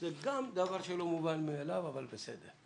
זה גם דבר שלא מובן מאליו, אבל בסדר.